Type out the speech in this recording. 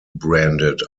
branded